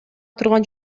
турган